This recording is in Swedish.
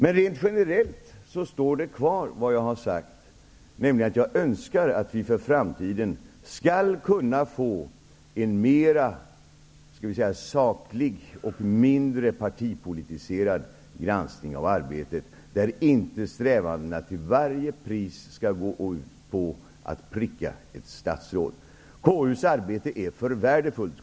Rent generellt står det jag har sagt kvar, nämligen att jag önskar att vi för framtiden skall kunna få en mer saklig och mindre partipolitiserad granskning av arbetet, där inte strävandena till varje pris skall gå ut på att pricka ett statsråd. KU:s arbete är för värdefullt.